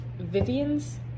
Vivian's